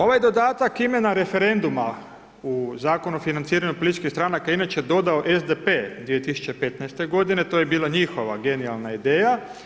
Ovaj dodatak imena referenduma u Zakonu o financiranju političkih stranaka, inače dodao SDP 2015.-te godine, to je bila njihova genijalna ideja.